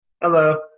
Hello